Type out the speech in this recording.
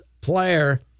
player